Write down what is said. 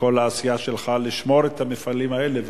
וכל העשייה שלך לשמור את המפעלים האלה.